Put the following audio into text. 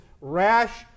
rash